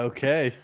Okay